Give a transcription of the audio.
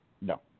No